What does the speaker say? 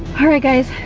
alright guys,